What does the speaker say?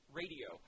radio